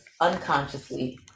unconsciously